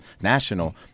national